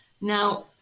Now